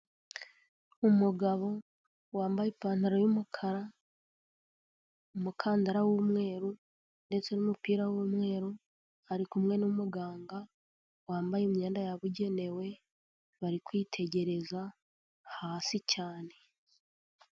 Umugabo wambaye ipantaro y'umukara, umukandara w'umweru, ndetse n'umupira w'umweru, ari kumwe n'umuganga wambaye imyenda yabugenewe, bari kwitegereza hasi cyane.